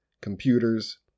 Computers